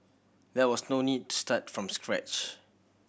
there was no need to start from scratch